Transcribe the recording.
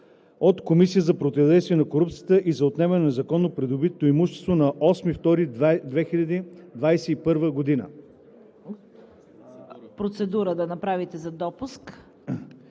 от Комисията за противодействие на корупцията и за отнемане на незаконно придобитото имущество на 8 февруари